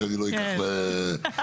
שאני לא אקח --- שלום.